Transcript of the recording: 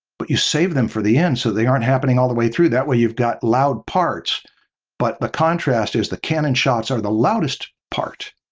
but you save them for the end so they aren't happening all the way through. that way you've got loud parts but the contrast is that canon shots are the loudest part.